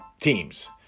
teams